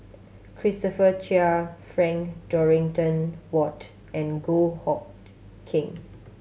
Christopher Chia Frank Dorrington Ward and Goh Hood Keng